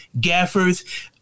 gaffers